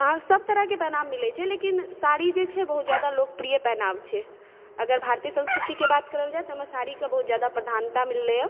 हाँ सब तरहके पहिनाव मिलै छै लेकिन साड़ी जे छै बहुत जादा लोकप्रिय पहिनाव छै अगर भारतीय संस्कृतिके बात करल जाय तऽ ओहिमे साड़ीके बहुत जादा प्रधानता मिललैए